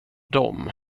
dem